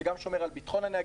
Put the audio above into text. זה שומר גם על ביטחון הנהגים,